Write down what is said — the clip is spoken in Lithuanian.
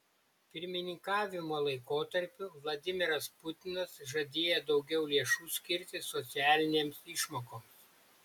pirmininkavimo laikotarpiu vladimiras putinas žadėjo daugiau lėšų skirti socialinėms išmokoms